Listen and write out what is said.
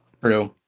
True